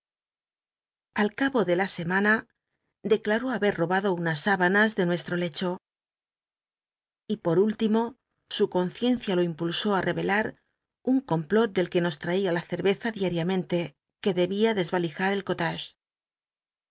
al cabo de la semana declaró haber robado unas sábanas de nuestro lecho y por último su conciencia lo impulsó i'crclar un complot del que nos traía la cerveza diariamente que debía des alijat el